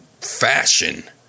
fashion